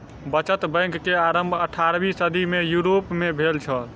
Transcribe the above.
बचत बैंक के आरम्भ अट्ठारवीं सदी में यूरोप में भेल छल